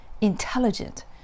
intelligent